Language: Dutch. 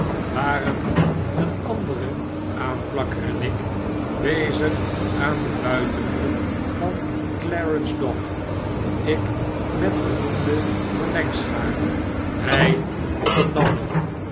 waren een andere aanplakker en ik bezig aan den buitenmuur van clarence dock ik met genoemde verlengschaar hg op een ladder